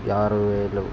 ఆరు వేలు